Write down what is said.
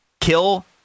kill